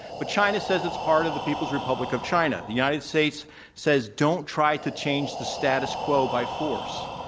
but china says it's part of the people's republic of china. the united states says don't try to change the status quo by force.